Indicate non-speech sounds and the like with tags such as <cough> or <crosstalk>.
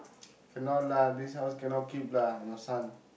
<noise> cannot lah this house cannot keep lah your son